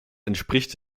entspricht